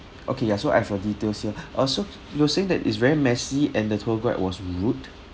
okay ya so I have uh details here ah so you were saying that it's very messy and the tour guide was rude